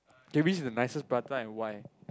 is the nicest prata and why